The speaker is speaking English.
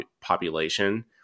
population